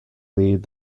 lead